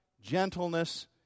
gentleness